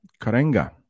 karenga